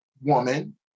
woman